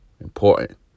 important